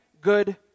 good